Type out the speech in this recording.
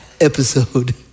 episode